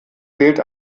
fehlt